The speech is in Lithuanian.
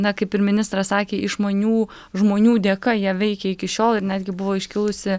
na kaip ir ministras sakė išmanių žmonių dėka jie veikia iki šiol ir netgi buvo iškilusi